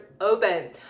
open